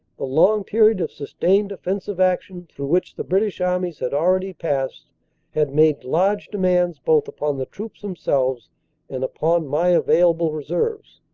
the long period of sustained offensive action through which the british armies had already passed had made large demands both upon the troops themselves and upon my available reserves.